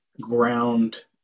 ground